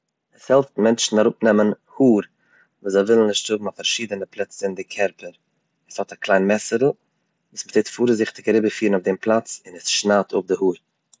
עס העלפט מענטשן אראפנעמען האר, וואס זיי ווילן נישט האבן אויף פארשידענע פלעצער אין די קערפער, עס האט א קליין מעסערל וואס מען טוט פארזיכטיג אריבערפירן אויף דעם פלאץ און עס שנייד אפ די האר.